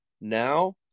Now